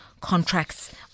contracts